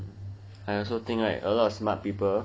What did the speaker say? I also think right a lot of smart people